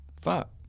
Fuck